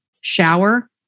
shower